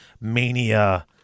mania